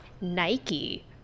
Nike